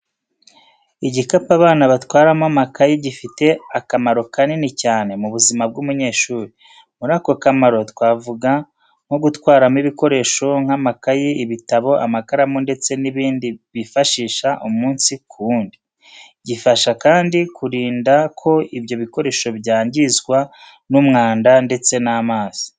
Igikapu abana batwaramo amakayi gifite akamaro kanini cyane mu buzima bw’umunyeshuri. Muri ako kamaro twavuga nko gutwaramo ibikoresho nk'amakayi, ibitabo, amakaramu ndetse n'ibindi bifashisha umunsi ku wundi. Gifasha kandi kurinda ko ibyo ibikoresho byangizwa n'umwanda ndetse n'amazi.